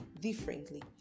differently